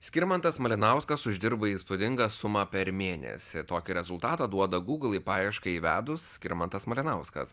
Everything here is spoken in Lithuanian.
skirmantas malinauskas uždirba įspūdingą sumą per mėnesį tokį rezultatą duoda google į paiešką įvedus skirmantas malinauskas